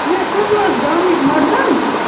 یہِ تُہۍ چھُوٕ حظ گامٕکۍ مۅقدم